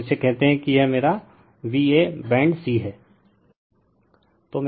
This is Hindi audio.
और इसे कहते हैं कि यह मेरा v a बैंड c है